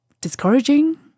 discouraging